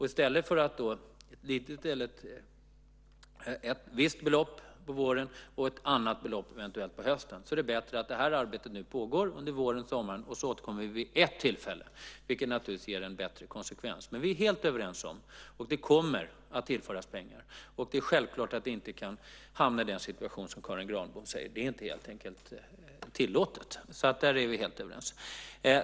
I stället för ett visst belopp på våren och ett annat belopp eventuellt på hösten är det bättre att arbetet pågår under våren och sommaren, och sedan återkommer vi vid ett tillfälle, vilket naturligtvis ger en bättre konsekvens. Vi är helt överens, och det kommer att tillföras pengar. Det är självklart att vi inte kan hamna i den situation som Karin Granbom säger. Det är helt enkelt inte tillåtet. Där är vi helt överens.